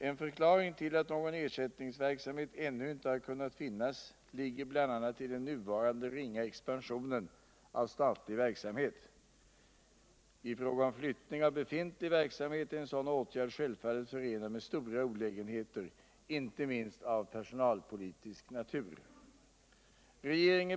En förklaring till att någon ersättningsverksamhet ännu inte har kunnat finnas ligger bl.a. i den nuvarande ringa expansionen av statlig verksamhet. I fråga om flyttning av befintlig verksamhet är en sådan åtgärd självfallet förenad med stora olägenheter inte minst av personalpolitisk natur.